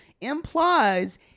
implies